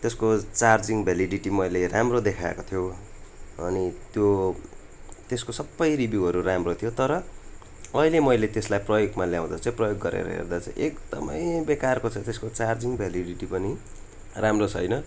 त्यसको charging validity मैले राम्रो देखाएको थियो अनि त्यो त्यसको सबै रिभ्यूहरू राम्रो थियो तर अहिले मैले त्यसलाई प्रयोगमा ल्याउँदा चाहिँ प्रयोग गरेर हेर्दा चाहिँ एकदमै बेकारको छ त्यसको चार्जिङ भ्यालिडिटी पनि राम्रो छैन